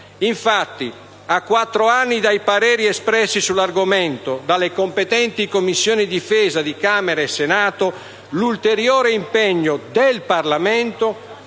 A quattro anni dai pareri espressi sull'argomento dalle competenti Commissioni difesa di Camera e Senato, l'ulteriore impegno del Parlamento